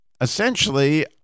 essentially